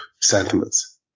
sentiments